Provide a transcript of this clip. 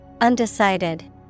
Undecided